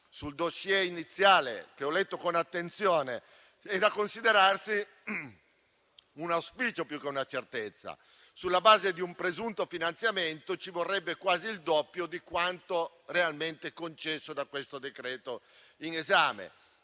sul *dossier* iniziale, che ho letto con attenzione, è da considerarsi un auspicio più che una certezza. Sulla base di un presunto finanziamento, ci vorrebbe quasi il doppio di quanto realmente concesso dal decreto-legge in esame.